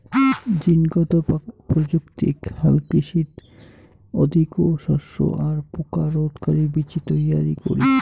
জীনগত প্রযুক্তিক হালকৃষিত অধিকো শস্য আর পোকা রোধকারি বীচি তৈয়ারী করি